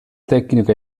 tecnico